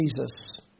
Jesus